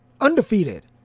undefeated